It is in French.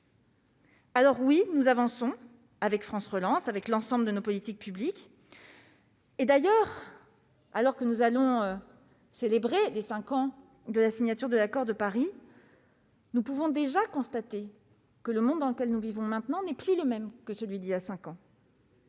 Oui, nous avançons, avec France Relance et l'ensemble de nos politiques publiques. D'ailleurs, alors que nous allons célébrer le cinquième anniversaire de l'accord de Paris, nous pouvons déjà constater que le monde dans lequel nous vivons maintenant n'est plus le même que celui d'il y a cinq ans.